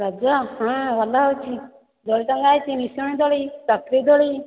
ରଜ ହଁ ଭଲ ହେଉଛି ଦୋଳି ହୋଇଛି ନିଶୁଣି ଦୋଳି ଚକ୍ରୀ ଦୋଳି